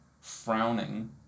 frowning